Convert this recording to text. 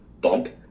bump